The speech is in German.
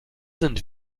sind